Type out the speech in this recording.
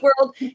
world